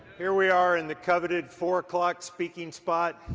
here we are in the coveted four o'clock speaking spot